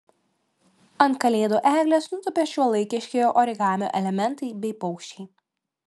ant kalėdų eglės nutūpė šiuolaikiški origamio elementai bei paukščiai